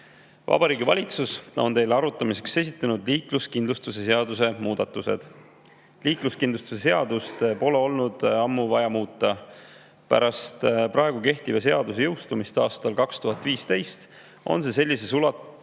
Vabariigi Valitsus on teile arutamiseks esitanud liikluskindlustuse seaduse muudatused. Liikluskindlustuse seadust pole ammu olnud vaja muuta. Pärast kehtiva seaduse jõustumist aastal 2015 on see alles